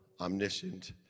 omniscient